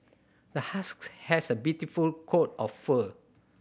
the husky has a beautiful coat of fur